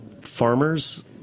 Farmers